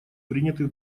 приняты